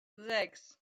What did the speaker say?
sechs